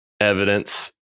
evidence